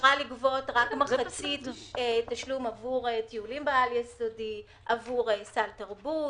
ואישרה לגבות רק מחצית תשלום עבור טיולים בעל יסודי ועבור סל תרבות.